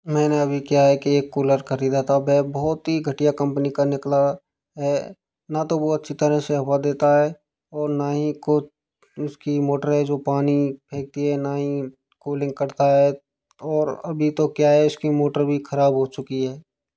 मैंने अभी क्या है कि एक कूलर खरीदा था वह बहुत ही घटिया कम्पनी का निकला है ना तो वो अच्छी तरह से हवा देता है और ना ही कु उसकी मोटर है जो पानी फेंकती है ना ही कूलिंग करता है और अभी तो क्या है इसकी मोटर भी खराब हो चुकी है